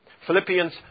philippians